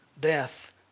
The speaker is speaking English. Death